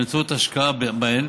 באמצעות השקעה בהן.